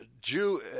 Jew